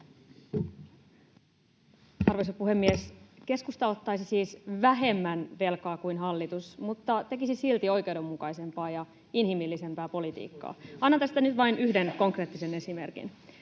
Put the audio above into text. Arvoisa puhemies! Keskusta ottaisi siis vähemmän velkaa kuin hallitus, mutta tekisi silti oikeudenmukaisempaa ja inhimillisempää politiikkaa. Annan tästä nyt vain yhden konkreettisen esimerkin.